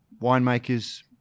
winemakers